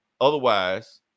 Otherwise